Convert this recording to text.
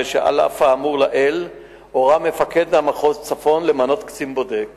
הרי שעל אף האמור לעיל הורה מפקד מחוז הצפון למנות קצין בודק